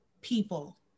people